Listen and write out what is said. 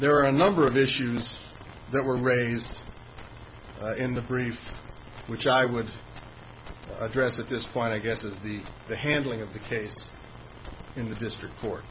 there are a number of issues that were raised in the brief which i would address at this point i guess is the the handling of the case in the district court i